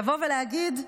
לבוא ולהגיד,